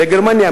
בגרמניה,